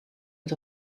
het